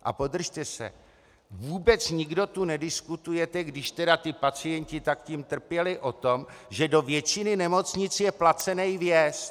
A podržte se: vůbec nikdo tu nediskutujete, když teda ti pacienti tak tím trpěli, o tom, že do většiny nemocnic je placený vjezd.